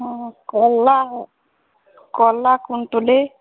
ହଁ କଲରା କଲରା କୁଇଣ୍ଟାଲ୍